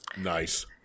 nice